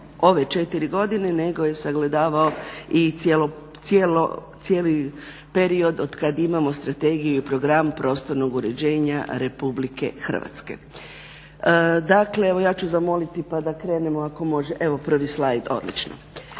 ove 4 godine, nego je sagledavao i cijelo, cijeli period od kad imamo strategiju i program prostornog uređenja RH. Dakle, evo ja ću zamoliti pa da krenemo ako može, evo prvi slajd odlično.